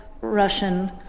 Russian